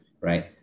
right